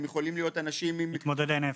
מתמודדי נפש.